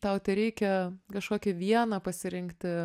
tau tereikia kažkokį vieną pasirinkti